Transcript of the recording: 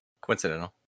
Coincidental